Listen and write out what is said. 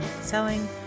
selling